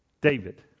David